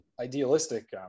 idealistic